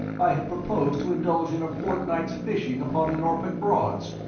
i had proposed to indulge in a fortnight's fishing upon the norfolk broads.